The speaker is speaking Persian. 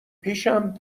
پیشم